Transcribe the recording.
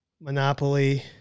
Monopoly